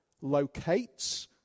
locates